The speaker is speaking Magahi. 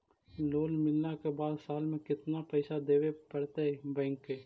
लोन मिलला के बाद साल में केतना पैसा देबे पड़तै बैक के?